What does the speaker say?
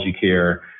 care